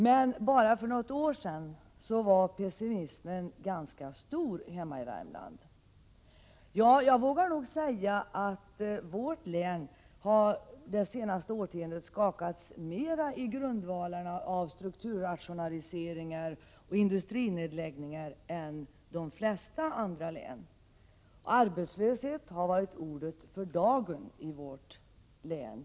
Men för bara något år sedan var pessimismen ganska stor hemma i Värmland. Jag vågar nog säga att vårt län det senaste årtiondet har skakats mera i grundvalarna av strukturrationaliseringar och industrinedläggningar än de flesta andra län. I många år har arbetslöshet varit ordet för dagen i vårt län.